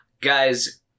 Guys